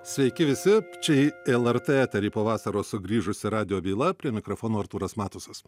sveiki visi čia į lrt eterį po vasaros sugrįžusi radijo byla prie mikrofono artūras matusas